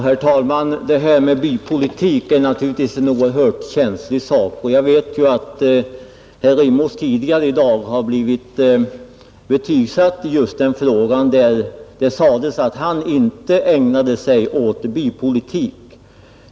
Herr talman! Det här med bypolitik är naturligtvis en oerhört känslig sak, och jag vet ju att herr Rimås tidigare i dag har blivit betygsatt i just den frågan, där det sades att han inte ägnade sig åt bypolitik.